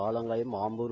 Alangayam Ambur